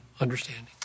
understanding